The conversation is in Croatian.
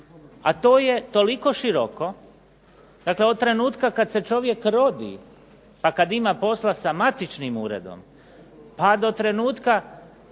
A to je toliko široko, dakle od trenutka kada se čovjek rodi pa kada ima posla sa matični ured, pa do trenutka